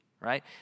right